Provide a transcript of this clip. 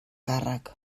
càrrec